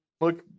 look